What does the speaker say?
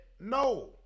no